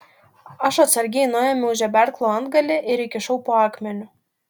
aš atsargiai nuėmiau žeberklo antgalį ir įkišau po akmeniu